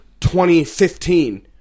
2015